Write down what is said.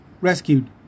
rescued